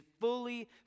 fully